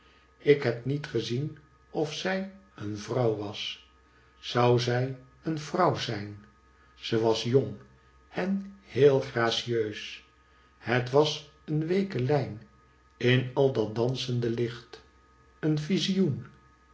ik heb niet gezien of zij een vrouw was zou zij een vrouw zijn ze was jong en heel gracieus het was een weeke lijn in al dat dansende licht een vizioen